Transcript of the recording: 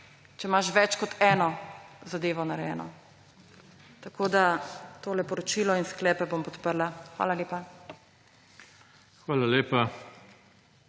če imaš več kot eno zadevo narejeno. Tole poročilo in sklepe bom podprla. Hvala lepa.